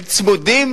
הם צמודים